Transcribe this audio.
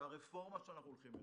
שהרפורמה שאנחנו הולכים אליה,